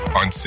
on